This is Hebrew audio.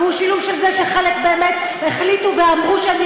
והוא שילוב של זה שחלק באמת החליטו ואמרו שהם